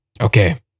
Okay